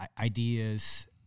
ideas